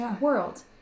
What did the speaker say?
world